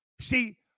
See